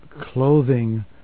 clothing